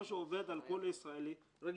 כמו שהוא עובד על כל ישראלי רגיל.